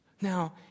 Now